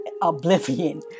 oblivion